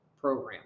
program